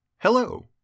Hello